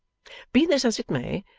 be this as it may,